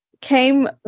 came